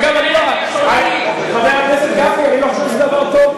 אגב, חבר הכנסת גפני, אני לא חושב שזה דבר טוב.